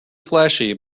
flashy